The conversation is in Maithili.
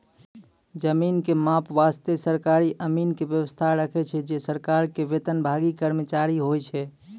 जमीन के माप वास्तॅ सरकारी अमीन के व्यवस्था रहै छै जे सरकार के वेतनभागी कर्मचारी होय छै